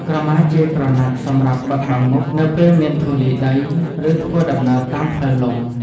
ក្រមាជាក្រណាត់សម្រាប់បិទបាំងមុខ នៅពេលមានធូលីដី ឬធ្វើដំណើរតាមផ្លូវលំ។